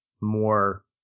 more